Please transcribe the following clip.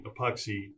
epoxy